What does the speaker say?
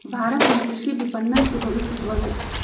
भारत में कृषि विपणन के भविष्य उज्ज्वल हई